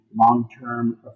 Long-term